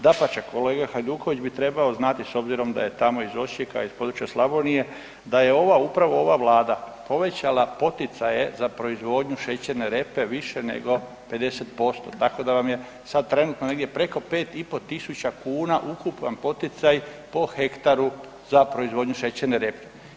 Dapače, kolega Hajduković bi trebao znati s obzirom da je tamo iz Osijeka iz područja Slavonije da je ova, upravo ova vlada povećala poticaje za proizvodnju šećerne repe više nego 50%, tako da vam je sad trenutno negdje preko 5.500 kuna ukupan poticaj po hektaru za proizvodnju šećerne repe.